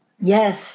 Yes